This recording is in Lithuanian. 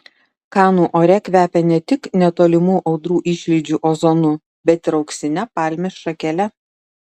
kanų ore kvepia ne tik netolimų audrų išlydžių ozonu bet ir auksine palmės šakele